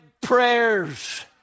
prayers